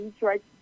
right